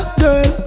girl